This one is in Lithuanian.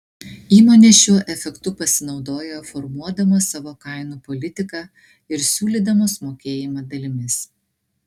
įmonės šiuo efektu pasinaudoja formuodamos savo kainų politiką ir siūlydamos mokėjimą dalimis